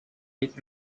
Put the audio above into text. with